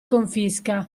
confisca